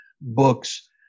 books